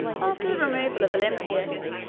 after the removal of olympius,